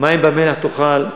מים במשורה תשתה,